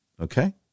Okay